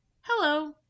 Hello